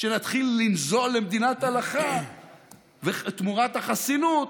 שנתחיל לנזול למדינת הלכה תמורת החסינות,